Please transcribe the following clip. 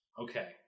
Okay